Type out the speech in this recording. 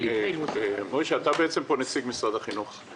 אתה נציג משרד החינוך פה.